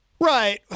right